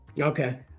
okay